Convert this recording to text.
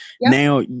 Now